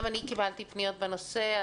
גם אני קיבלתי פניות בנושא.